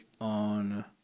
on